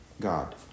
God